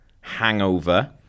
Hangover